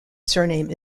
surname